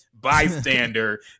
bystander